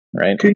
right